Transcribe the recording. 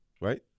right